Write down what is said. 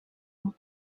were